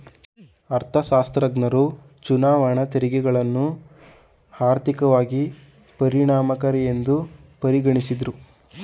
ಅರ್ಥಶಾಸ್ತ್ರಜ್ಞರು ಚುನಾವಣಾ ತೆರಿಗೆಗಳನ್ನ ಆರ್ಥಿಕವಾಗಿ ಪರಿಣಾಮಕಾರಿಯೆಂದು ಪರಿಗಣಿಸಿದ್ದ್ರು